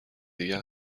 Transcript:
دیگه